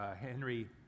Henry